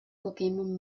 pokémon